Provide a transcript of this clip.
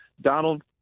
Donald